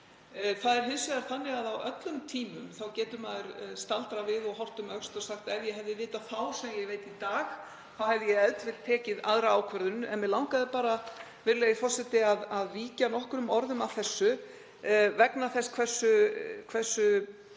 Það er hins vegar þannig að á öllum tímum getur maður staldrað við og horft um öxl og sagt: Ef ég hefði vitað það þá sem ég veit í dag hefði ég e.t.v. tekið aðra ákvörðun. En mig langaði bara, virðulegur forseti, að víkja nokkrum orðum að þessu vegna þess hversu